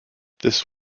this